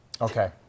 Okay